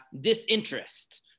disinterest